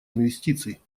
инвестиций